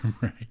Right